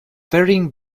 varying